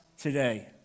today